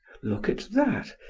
look at that?